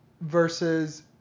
Versus